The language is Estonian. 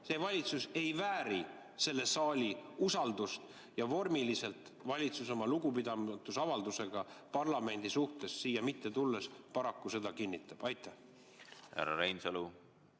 See valitsus ei vääri selle saali usaldust. Ja vormiliselt valitsus oma lugupidamatuse avaldusega parlamendi suhtes siia mitte tulles paraku seda kinnitab. Härra